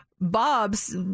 bobs